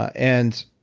and